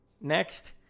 Next